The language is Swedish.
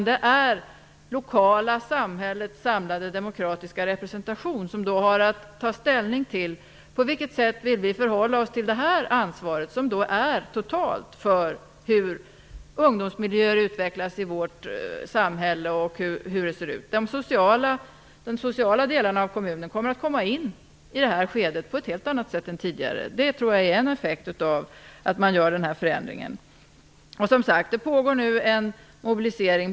De är lokala samhällets samlade demokratiska representation, som då har att ta ställning till på vilket sätt vi vill förhålla oss till ansvaret, som är totalt, för hur ungdomsmiljöer utvecklas i vårt samhälle och hur de ser ut. Den sociala delen av kommuners verksamhet kommer in i det här skedet på ett helt annat sätt än tidigare. Det tror jag är en effekt av förändringen. Som sagt pågår nu en mobilisering.